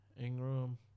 Ingram